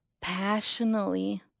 passionately